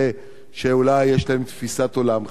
שאולי יש להם תפיסת עולם חברתית,